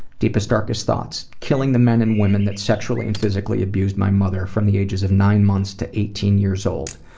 deepest, darkest thoughts? killing the men and women that sexually and physically abused my mother from the ages of nine months to eighteen years old.